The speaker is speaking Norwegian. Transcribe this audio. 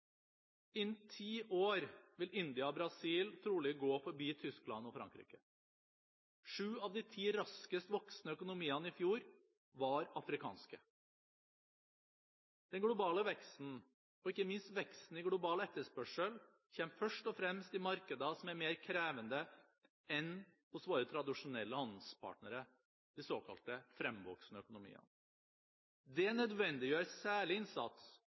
ti år vil India og Brasil trolig gå forbi Tyskland og Frankrike. Sju av de ti raskest voksende økonomiene i fjor var afrikanske. Den globale veksten, og ikke minst veksten i global etterspørsel, kommer først og fremst i markeder som er mer krevende enn våre tradisjonelle handelspartnere, de såkalte fremvoksende økonomiene. Det nødvendiggjør særlig innsats